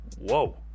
Whoa